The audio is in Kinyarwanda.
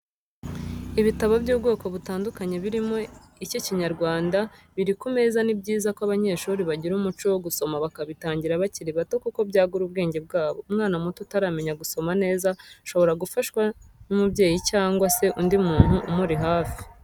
Ibitabo by'ubwoko butandukanye birimo icy'ikinyarwanda biri ku meza ni byiza ko abanyeshuri bagira umuco wo gusoma bakabitangira bakiri bato kuko byagura ubwenge bwabo, umwana muto utaramenya gusoma neza shobora gufashwa n'umubyeyi cyangwa se undi muntu umuri hafi.